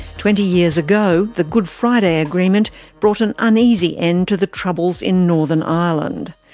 twenty years ago, the good friday agreement brought an uneasy end to the troubles in northern ireland.